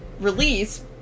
release